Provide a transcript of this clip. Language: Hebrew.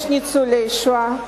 יש ניצולי שואה,